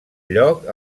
lloc